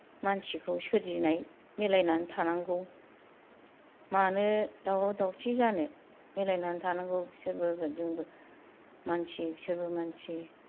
मानसिखौ सोरजिनाय मिलायनानै थानांगौ मानो दावराव दावसि जानो मिलायनानै थानांगौ बिसोरबो जोंबो मानसि बिसोरबो मानसि